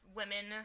women